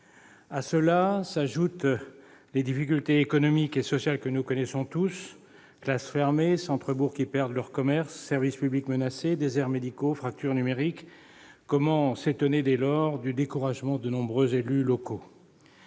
À cela s'ajoutent les difficultés économiques et sociales que nous connaissons tous : classes fermées, centres-bourgs qui perdent leurs commerces, services publics menacés, déserts médicaux, fracture numérique ... Comment s'étonner dès lors du découragement de nombreux élus locaux ?